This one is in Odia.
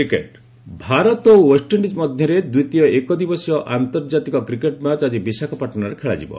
କ୍ରିକେଟ୍ ଭାରତ ଓ ଓ୍ପେଷ୍ଇଣ୍ଡିଜ୍ ମଧ୍ୟରେ ଦ୍ୱିତୀୟ ଏକଦିବସୀୟ ଆନତର୍ଜାତିକ କ୍ରିକେଟ୍ ମ୍ୟାଚ୍ ଆଜି ବିଶାଖାପାଟଣାରେ ଖେଳାଯିବ